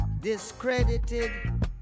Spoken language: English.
discredited